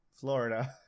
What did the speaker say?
Florida